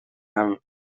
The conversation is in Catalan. amb